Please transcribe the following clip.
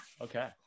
Okay